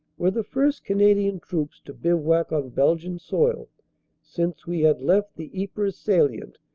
were the first canadian troops to bivouac on belgian soil since we had left the ypres salient,